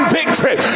victory